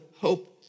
hope